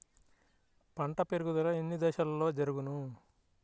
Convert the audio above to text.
పంట పెరుగుదల ఎన్ని దశలలో జరుగును?